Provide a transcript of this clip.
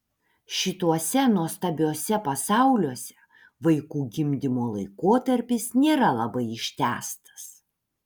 šituose nuostabiuose pasauliuose vaikų gimdymo laikotarpis nėra labai ištęstas